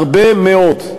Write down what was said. הרבה מאוד.